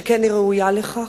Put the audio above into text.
שכן היא ראויה לכך.